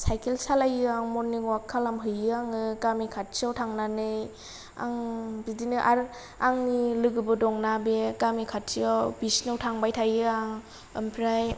cycle सालायो आं मरनिं वाक खालाम हैयो आङो गामि खाथियाव थांनानै आं बिदिनो आर आंनि लोगोबो दं ना बे गामि खाथियाव बिसिनाव थांबाय थायो आं ओमफ्राय